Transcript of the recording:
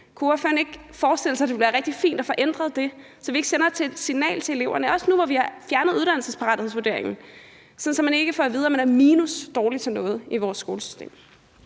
Kunne ordføreren ikke forestille sig, at det ville være rigtig fint at få ændret det, så vi ikke sender det signal til eleverne, også nu, hvor vi har fjernet uddannelsesparathedsvurderingen, og så man ikke får at vide, at man på minusniveau er dårligt til noget i vores skolesystem?